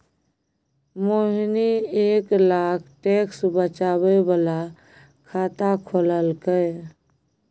मोहिनी एक लाख टैक्स बचाबै बला खाता खोललकै